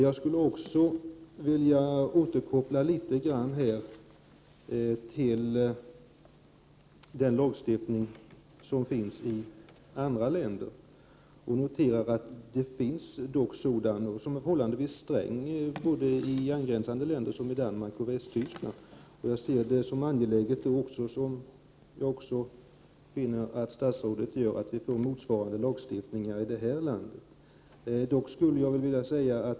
Jag skulle vilja hänvisa till den lagstiftning som finns i andra länder. Det finns en förhållandevis sträng lagstiftning i angränsande länder som Danmark och Västtyskland. Jag anser, liksom statsrådet, att det är angeläget att vi får motsvarande lagstiftning i vårt land.